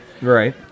Right